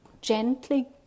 gently